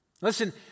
Listen